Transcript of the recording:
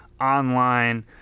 online